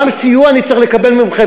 גם סיוע אני צריך לקבל מכם,